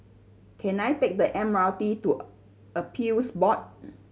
can I take the M R T to Appeals Board